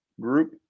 group